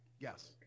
Yes